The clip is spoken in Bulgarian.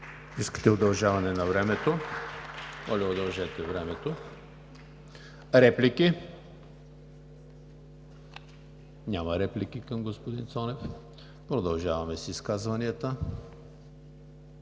Искате удължаване на времето? Моля, удължете времето. Реплики? Няма реплики към господин Цонев. Продължаваме с изказванията.